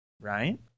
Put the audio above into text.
right